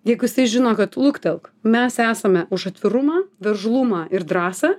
jeigu jisai žino kad luktelk mes esame už atvirumą veržlumą ir drąsą